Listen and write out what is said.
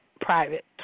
private